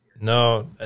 No